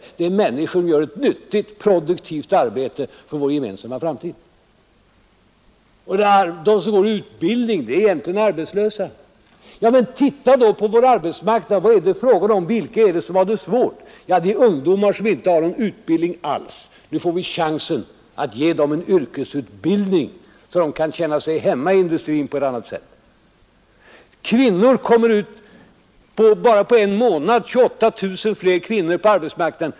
Nej, det är människor som gör ett nyttigt produktivt arbete för vår gemensamma framtid, ”De som går i utbildning är egentligen arbetslösa”! Ja, men titta då på vår arbetsmarknad! Vad är det fråga om och vilka är det som har svårt? Det är ungdomar som inte har någon utbildning alls. Nu får vi chansen att ge dem en yrkesutbildning, så att de kan känna sig hemma i industrin på ett annat sätt. På bara en månad kom ytterligare 28 000 kvinnor ut på arbetsmarknaden.